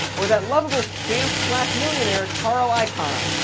or that lovable scamp-slash-millionaire, carl icahn,